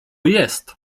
jest